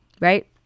right